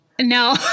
no